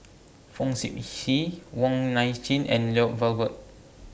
Fong Sip Chee Wong Nai Chin and Lloyd Valberg